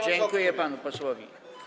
Dziękuję panu posłowi.